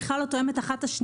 שבכלל לא תואמת את השנייה.